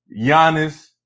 Giannis